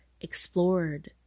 explored